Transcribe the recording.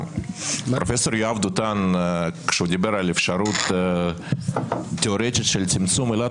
פרופ' יואב דותן כשהוא דיבר על אפשרות תיאורטית של צמצום עילת